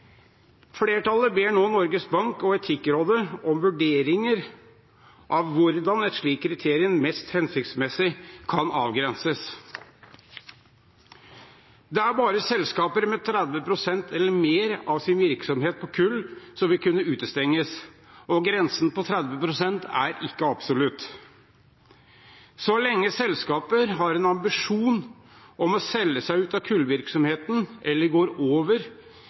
Flertallet ber nå Norges Bank og Etikkrådet om vurderinger av hvordan et slikt kriterium mest hensiktsmessig kan avgrenses. Det er bare selskaper med 30 pst. eller mer av sin virksomhet innen kull som vil kunne utestenges, og grensen på 30 pst. er ikke absolutt. Så lenge selskaper har en ambisjon om å selge seg ut av kullvirksomheten eller går over